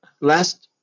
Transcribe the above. last